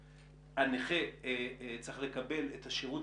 אנחנו צריכים שהנכים יקבלו את המענה המלא,